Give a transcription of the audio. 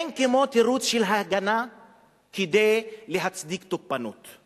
אין כמו תירוץ של הגנה כדי להצדיק תוקפנות.